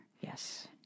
Yes